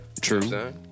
True